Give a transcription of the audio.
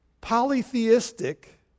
polytheistic